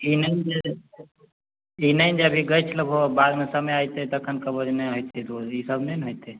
ई नहि ने जे ई नहि ने जे अभी गछि लेबहो आ बादमे समय ऐतै तखन कहबहो जे नहि होएतै दूध ई सब नहि ने होएतै